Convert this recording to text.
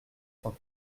cent